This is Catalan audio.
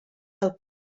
del